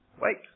Wait